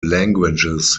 languages